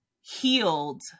healed